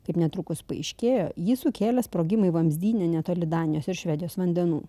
kaip netrukus paaiškėjo jį sukėlė sprogimai vamzdyne netoli danijos ir švedijos vandenų